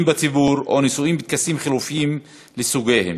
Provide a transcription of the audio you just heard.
בציבור או נשואים בטקסים חלופיים לסוגיהם.